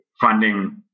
funding